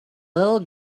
little